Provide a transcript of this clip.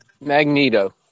Magneto